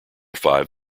five